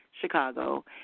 Chicago